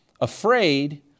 afraid